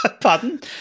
Pardon